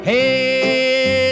Hey